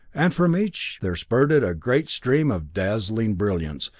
and from each there spurted a great stream of dazzling brilliance,